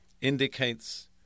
indicates